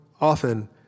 often